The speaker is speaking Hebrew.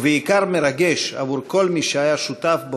ובעיקר מרגש עבור כל מי שהיה שותף בו,